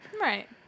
Right